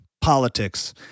politics